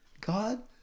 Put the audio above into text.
God